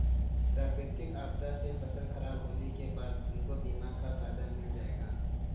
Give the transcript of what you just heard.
प्राकृतिक आपदा से फसल खराब होने के बाद तुमको बीमा का फायदा मिल जाएगा